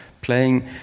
playing